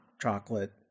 chocolate